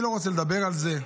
אני לא רוצה לדבר על זה.